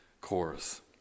chorus